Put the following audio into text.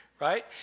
right